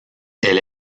elle